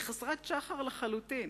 היא חסרת שחר לחלוטין.